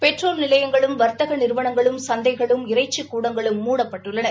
petrol நிலையங்களும் வர்த்தக நிறுவனங்களும் சந்தைகளும் இறைச்சிக் கூடங்களும் முடப்பட்டுள்ளன